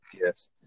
Yes